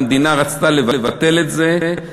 המדינה רצתה לבטל את זה.